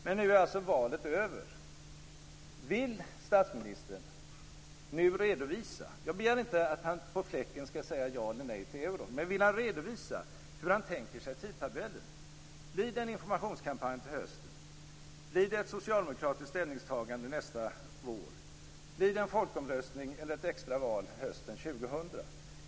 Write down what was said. Men nu är valet över. Jag begär inte att statsministern på fläcken skall säga ja eller nej till euron, men vill han redovisa hur han tänker sig tidtabellen? Blir det en informationskampanj till hösten? Blir det ett socialdemokratiskt ställningstagande nästa vår? Blir det en folkomröstning eller ett extra val hösten 2000?